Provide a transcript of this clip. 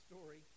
story